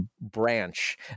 branch